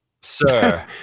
sir